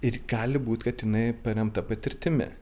ir gali būti kad jinai paremta patirtimi